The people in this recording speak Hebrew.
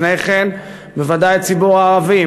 לפני כן בוודאי הציבור הערבי,